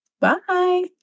Bye